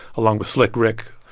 along with slick rick.